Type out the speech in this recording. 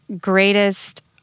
greatest—